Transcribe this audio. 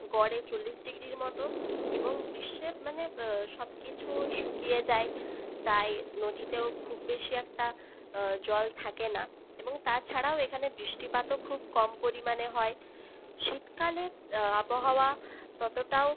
গড়ে চল্লিশ ডিগ্রির মতো এবং গ্রীষ্মে মানে সবকিছু শুকিয়ে যায় তাই নদীতেও খুব বেশি একটা জল থাকে না এবং তাছাড়াও এখানে বৃষ্টিপাতও খুব কম পরিমাণে হয় শীতকালে আবহাওয়া ততটাও